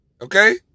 Okay